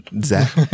Zach